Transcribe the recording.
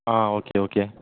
ah okay okay